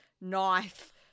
knife